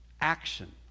action